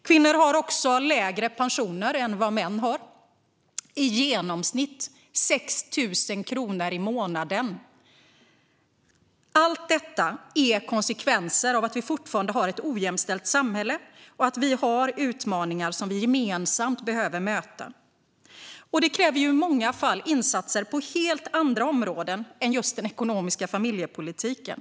Kvinnor har också lägre pensioner än vad män har, i genomsnitt med 6 000 kronor i månaden. Allt detta är konsekvenser av att vi fortfarande har ett ojämställt samhälle och att vi har utmaningar som vi gemensamt behöver möta. Det kräver i många fall insatser på helt andra områden än just den ekonomiska familjepolitiken.